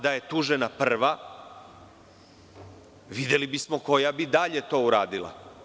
Da je tužena prva, videli bismo koja bi to dalje to uradila.